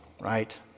right